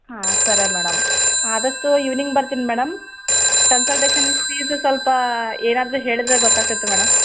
ಹಾಂ ಸರಿ ಮೇಡಮ್ ಆದಷ್ಟು ಇವ್ನಿಂಗ್ ಬರ್ತೀನಿ ಮೇಡಮ್ ಕನ್ಸಲ್ಟೇಷನ್ ಫೀಸ್ ಸ್ವಲ್ಪ ಏನಾದರೆ ಹೇಳಿದ್ರೆ ಗೊತಾಗ್ತಿತ್ತು ಮೇಡಮ್